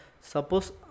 Suppose